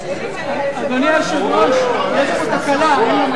אדוני היושב-ראש, יש פה תקלה.